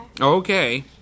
Okay